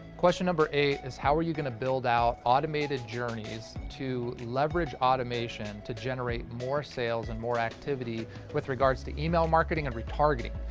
question number eight is how are you going to build out automated journeys to leverage automation, to generate more sales and more activity with regards to email marketing and retargeting?